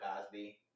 Cosby